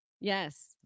Yes